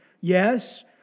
Yes